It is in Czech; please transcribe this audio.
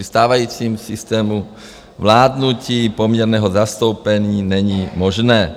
Při stávajícím systému vládnutí poměrného zastoupení není možné.